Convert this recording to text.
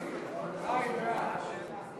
סעיף 10,